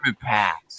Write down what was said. packs